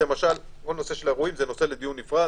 למשל, כל הנושא של אירועים זה נושא לדיון נפרד.